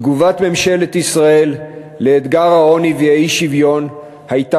תגובת ממשלת ישראל לאתגר העוני והאי-שוויון הייתה